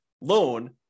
loan